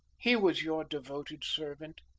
he was your devoted servant,